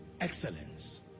excellence